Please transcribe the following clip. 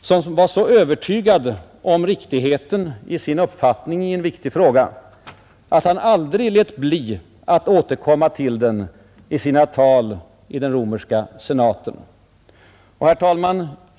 som var så övertygad om riktigheten i sin uppfattning i en viktig fråga, att han aldrig lät bli att återkomma till den i sina tal i den romerska senaten. Herr talman!